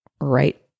right